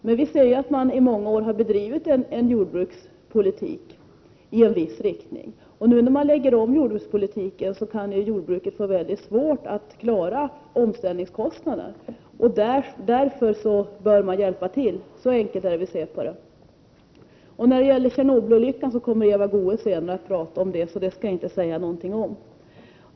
Men man har i många år bedrivit en jordbrukspolitik i en viss rikting, och när man nu lägger om den kan jordbruket få väldigt svårt att klara omställningskostnaderna, och därför bör man hjälpa till. Så enkelt är det vi ser på detta. Tjernobylolyckan kommer Eva Goés att ta upp, så den skall jag inte säga någonting om.